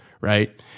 Right